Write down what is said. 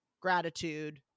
gratitude